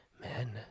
men